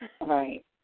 Right